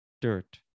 Dirt